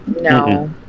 No